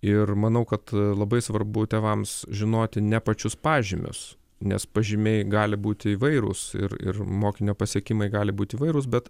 ir manau kad labai svarbu tėvams žinoti ne pačius pažymius nes pažymiai gali būti įvairūs ir ir mokinio pasiekimai gali būti įvairūs bet